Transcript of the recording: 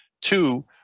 Two